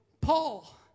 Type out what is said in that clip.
Paul